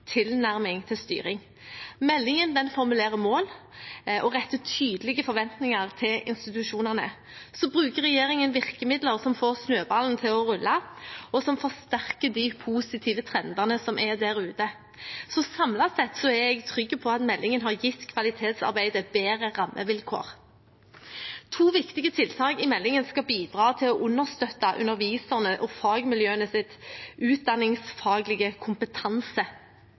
tilnærming til styring. Meldingen formulerer mål og retter tydelige forventninger til institusjonene. Så bruker regjeringen virkemidler som får snøballen til å rulle, og som forsterker de positive trendene som er der ute. Samlet sett er jeg trygg på at meldingen har gitt kvalitetsarbeidet bedre rammevilkår. To viktige tiltak i meldingen skal bidra til å understøtte undervisernes og fagmiljøenes utdanningsfaglige kompetanse.